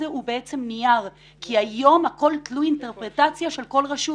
הוא בעצם נייר כי היום הכול תלוי אינטרפרטציה של כל רשות.